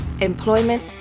employment